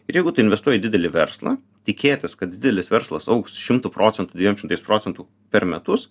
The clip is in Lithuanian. ir jeigu tu investuoji į didelį verslą tikėtis kad didelis verslas augs šimtu procentų dviem šimtais procentų per metus